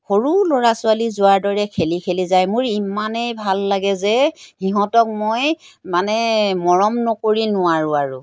সৰু ল'ৰা ছোৱালী যোৱাৰ দৰে খেলি খেলি যায় মোৰ ইমানেই ভাল লাগে যে সিহঁতক মই মানে মৰম নকৰি নোৱাৰোঁ আৰু